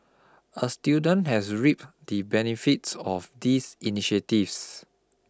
a student has reaped the benefits of these initiatives